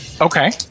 Okay